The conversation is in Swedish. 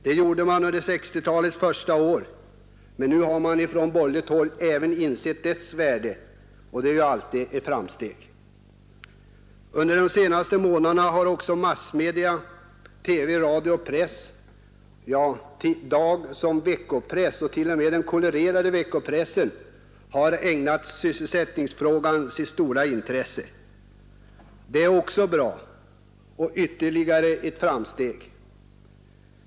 Det gjorde det under 1960-talets första år, men nu har man även från borgerligt håll insett dess värde, och det är ju alltid ett framsteg. Under de senaste månaderna har också massmedia — TV, radio, press, både dagspressen och veckopressen och t.o.m. den kolorerade veckopressen — ägnat sysselsättningsfrågan sitt stora intresse. Det är också bra och ytterligare ett framsteg.